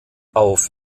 auf